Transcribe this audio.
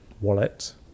wallet